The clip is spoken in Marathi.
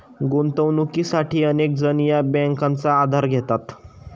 गुंतवणुकीसाठी अनेक जण या बँकांचा आधार घेतात